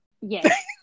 yes